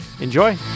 enjoy